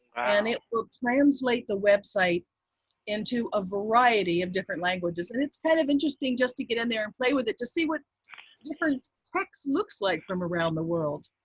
and it will translate the website into a variety of different languages. and it's kind of interesting just to get in there and play with it to see what different text looks like from around the world.